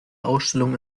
ausstellung